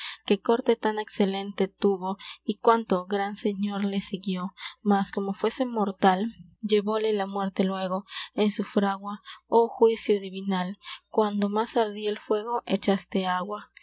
que corte tan exelente touo y quanto gran señor le siguio mas como fuese mortal leuole la muerte luego en su fragua o juyzio diuinal quando mas ardia el fuego echaste agua